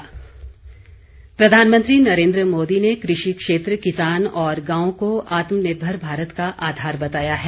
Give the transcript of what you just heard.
मन की बात प्रधानमंत्री नरेन्द्र मोदी ने कृषि क्षेत्र किसान और गांव को आत्मनिर्भर भारत का आधार बताया है